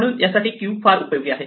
म्हणून यासाठी क्यू फार उपयोगी आहे